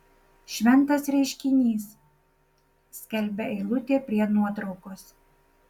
šventas reiškinys skelbia eilutė prie nuotraukos